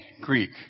Greek